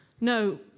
No